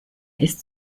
ist